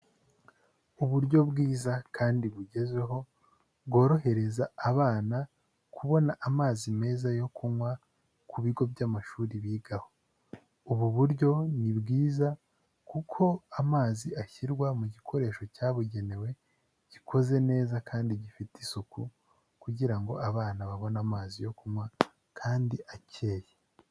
Uburyo bwiza kandi bugezweho bworohereza abana kubona amazi meza yo kunywa, ku bigo by'amashuri bigaho, ubu buryo ni bwiza kuko amazi ashyirwa mu gikoresho cyabugenewe, gikoze neza kandi gifite isuku kugira ngo abana babone amazi yo kunywa kandi akeye.